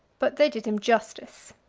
but they did him justice.